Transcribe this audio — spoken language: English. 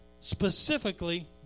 specifically